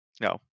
no